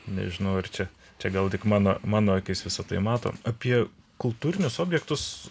nežinau ar čia čia gal tik mano mano akis visa tai mato apie kultūrinius objektus